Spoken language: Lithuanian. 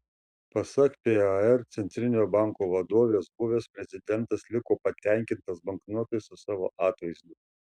pasak par centrinio banko vadovės buvęs prezidentas liko patenkintas banknotais su savo atvaizdu